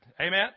Amen